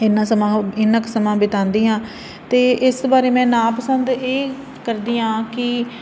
ਇੰਨਾਂ ਸਮਾਂ ਇੰਨਾ ਕੁ ਸਮਾਂ ਬਿਤਾਉਂਦੀ ਹਾ ਅਤੇ ਇਸ ਬਾਰੇ ਮੈਂ ਨਾ ਪਸੰਦ ਇਹ ਕਰਦੀ ਹਾਂ ਕਿ